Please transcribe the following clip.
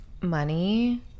money